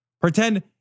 Pretend